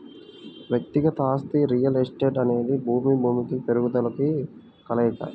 వ్యక్తిగత ఆస్తి రియల్ ఎస్టేట్అనేది భూమి, భూమికి మెరుగుదలల కలయిక